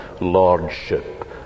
lordship